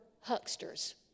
hucksters